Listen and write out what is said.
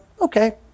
okay